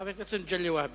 חבר הכנסת מגלי והבה,